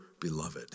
beloved